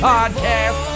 Podcast